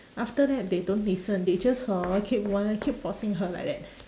after that they don't listen they just hor keep want~ keep forcing her like that